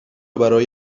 برای